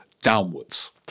downwards